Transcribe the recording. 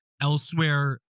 elsewhere